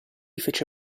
fece